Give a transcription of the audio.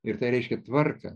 ir tai reiškia tvarką